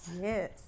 Yes